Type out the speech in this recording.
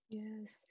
yes